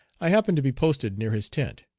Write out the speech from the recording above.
i happened to be posted near his tent.